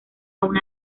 una